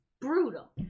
brutal